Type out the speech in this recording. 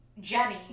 Jenny